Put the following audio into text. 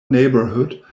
neighborhood